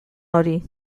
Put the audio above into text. hori